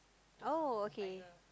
oh okay